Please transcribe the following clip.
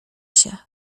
się